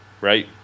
right